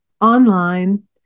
online